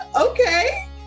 Okay